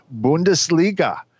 Bundesliga